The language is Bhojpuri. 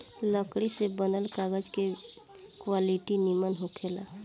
लकड़ी से बनल कागज के क्वालिटी निमन होखेला